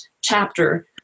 chapter